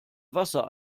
wasser